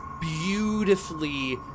Beautifully